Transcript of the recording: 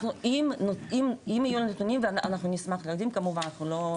אם יהיו לנו נתונים אנחנו נשמח להביא כמובן.